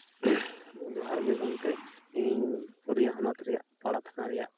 ᱡᱚᱦᱟᱨ ᱜᱮ ᱜᱚᱢᱠᱮ ᱤᱧ ᱯᱩᱨᱩᱞᱟᱭᱟᱹ ᱦᱚᱱᱚᱛ ᱨᱮᱭᱟᱜ ᱯᱟᱲᱟ ᱛᱷᱟᱱᱟ ᱨᱮᱭᱟᱜ